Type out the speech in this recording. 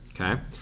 okay